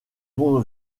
vont